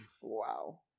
wow